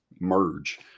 merge